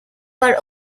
per